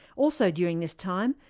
also during this time,